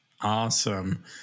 Awesome